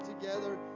together